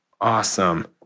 Awesome